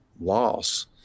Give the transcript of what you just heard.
loss